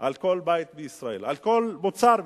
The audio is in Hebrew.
על כל בית בישראל, על כל מוצר בישראל.